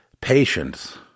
patience